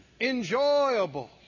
Enjoyable